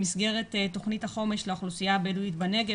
במסגרת תוכנית החומש לאוכלוסייה הנגב,